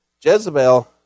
Jezebel